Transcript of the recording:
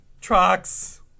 Trucks